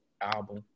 album